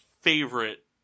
favorite